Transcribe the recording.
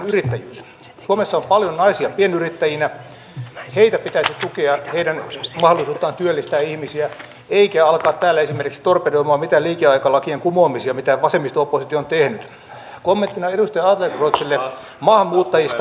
hanke on työnantajien nuorten ja kaupungin yhteishanke jossa lähdetään tuomaan palkkatukea ja jossa nuorelle annetaan oma valmentaja jonka kanssa voi pohtia omia vahvuuksia ja tunnistaa tarvittavat kehittämisalueet